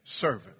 servant